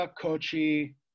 Kochi